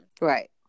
Right